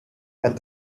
and